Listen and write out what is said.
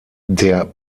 der